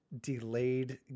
Delayed